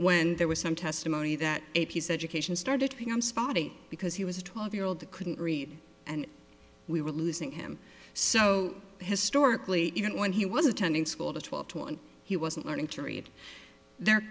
when there was some testimony that a piece education started to become spotty because he was a twelve year old that couldn't read and we were losing him so historically even when he was attending school to twelve two and he wasn't learning to read there